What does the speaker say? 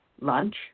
lunch